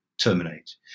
terminate